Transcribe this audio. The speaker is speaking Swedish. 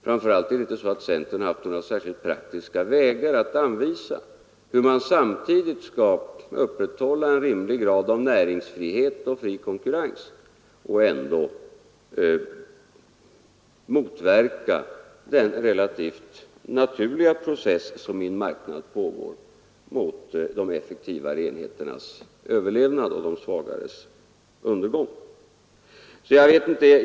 Framför allt har inte centern haft några särskilt praktiska vägar att anvisa för hur man samtidigt skall upprätthålla en rimlig grad av näringsfrihet och fri konkurrens och ändå motverka den relativt naturliga process som i en marknad pågår mot de effektivare enheternas överlevnad och de svagares undergång.